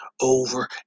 over